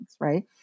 right